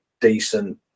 decent